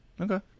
Okay